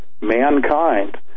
mankind